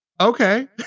okay